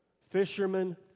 Fishermen